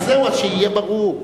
אז זהו, שיהיה ברור.